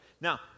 Now